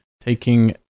taking